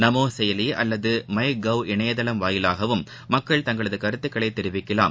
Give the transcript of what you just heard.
நமோசெயலிஅல்லதுமைகவ் இணையதளம் வாயிலாகவும் மக்கள் தங்களதுகருத்துகளைதெரிவிக்கலாம்